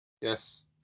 Yes